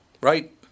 right